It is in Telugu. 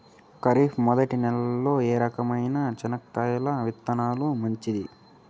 ఖరీఫ్ మొదటి నెల లో ఏ రకమైన చెనక్కాయ విత్తనాలు మంచివి